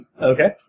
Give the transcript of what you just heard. Okay